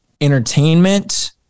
entertainment